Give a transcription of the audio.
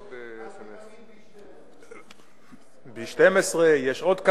אני כרופא יכול להמליץ לו על ויטמין B12. B12. יש עוד כמה.